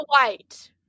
white